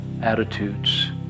attitudes